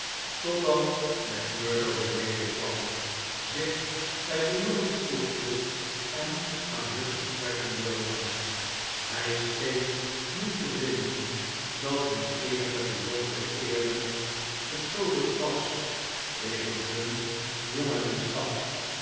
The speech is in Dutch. totdat macmurdo beneden kwam zich bij de jongens voegde en aan hun gesprekken deelnam hij scheen niet te vinden dat hun eenige bijzondere eerbied verschuldigd was wegens hun